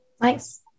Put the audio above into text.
Nice